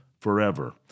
forever